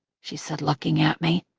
she said, looking at me.